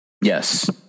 Yes